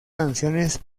canciones